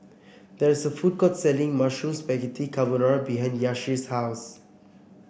there is a food court selling Mushroom Spaghetti Carbonara behind Yahir's house